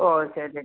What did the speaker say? ഓ ശരി ശരി